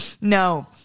No